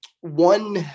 one